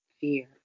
fear